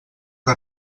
que